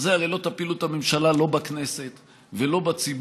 על זה הרי לא תפילו את הממשלה לא בכנסת ולא בציבור.